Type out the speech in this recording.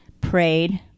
prayed